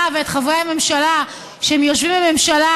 ואת חברי הממשלה שהם יושבים בממשלה